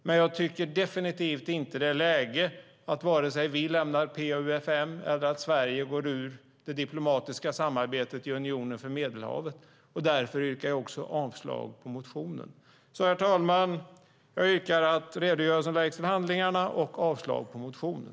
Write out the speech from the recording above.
Men jag tycker definitivt inte att det är läge för Sverige att vare sig lämna PA-UfM eller gå ur det diplomatiska samarbetet i Unionen för Medelhavet. Därför yrkar jag avslag på motionen. Herr talman! Jag yrkar alltså att redogörelsen läggs till handlingarna och avslag på motionen.